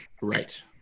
right